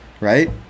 right